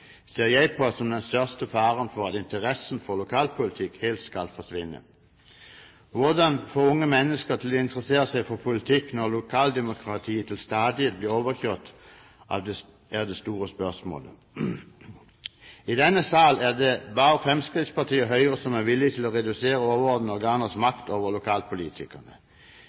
ser jeg på som den største faren for at interessen for lokalpolitikk helt skal forsvinne. Hvordan få unge mennesker til å interessere seg for politikk når lokaldemokratiet til stadighet blir overkjørt, er det store spørsmålet. I denne sal er det bare Fremskrittspartiet og Høyre som er villige til å redusere overordnede organers makt over lokalpolitikerne.